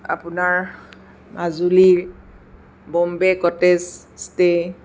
আপোনাৰ মাজুলীৰ Bombay cottage stay